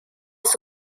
his